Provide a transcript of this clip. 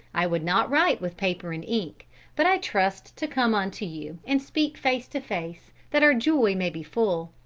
i would not write with paper and ink but i trust to come unto you, and speak face to face, that our joy may be full.